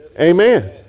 Amen